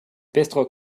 bistro